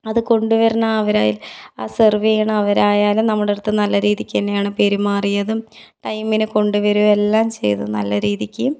അതുകൊണ്ട് വരണ അവരെ ആ സെർവ് ചെയ്യണ അവരായാലും നമ്മുടെ അടുത്ത് നല്ല രീതിക്ക് തന്നെയാണ് പെരുമാറിയതും ടൈമിന് കൊണ്ടുവരുകേയും എല്ലാം ചെയ്തു നല്ല രീതിക്ക്